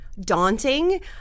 daunting